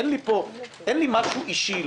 אין לי משהו אישי,